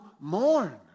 mourn